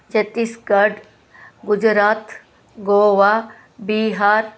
Chhattisgarh Gujarat Goa Bihar